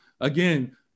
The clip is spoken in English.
Again